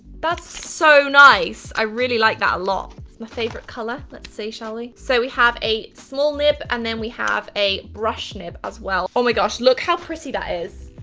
that's so nice. i really like that a lot. it's my favorite color, let's see, shall we? so we have a small nib and then we have a brush nib as well. oh my gosh! look how pretty that is!